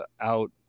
out